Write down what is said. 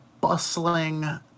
bustling